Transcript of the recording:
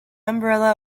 umbrella